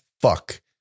fuck